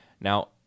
Now